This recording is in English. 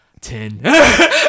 Ten